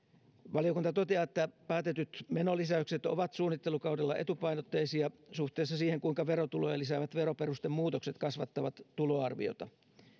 valiokunta toteaa että päätetyt menolisäykset ovat suunnittelukaudella etupainotteisia suhteessa siihen kuinka verotuloja lisäävät veroperustemuutokset kasvattavat tuloarviota